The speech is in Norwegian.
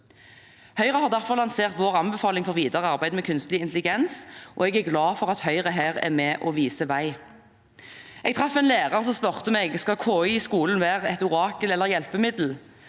Høyre har derfor lansert sin anbefaling for videre arbeid med kunstig intelligens, og jeg er glad for at Høyre her er med og viser vei. Jeg traff en lærer som spurte meg: Skal KI i skolen være et orakel eller et hjelpemiddel?